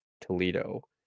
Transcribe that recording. Toledo